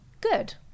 good